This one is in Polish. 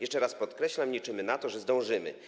Jeszcze raz podkreślam - liczymy na to, że zdążymy.